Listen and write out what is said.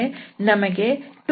ಅಂದರೆ x6